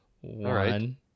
One